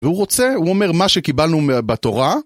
והוא רוצה, הוא אומר מה שקיבלנו בתורה.